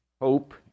hope